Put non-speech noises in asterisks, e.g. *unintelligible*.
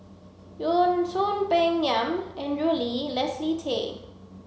*unintelligible* Soon Peng Yam Andrew Lee Leslie Tay